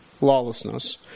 lawlessness